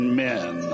men